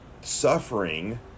suffering